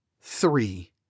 Three